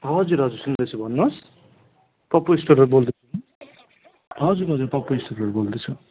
हजुर हजुर सुन्दैछु भन्नुहोस् पप्पु स्टोरबाट बोल्दैछु हजुर हजुर पप्पु स्टोरबाट बोल्दैछु